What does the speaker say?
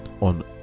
on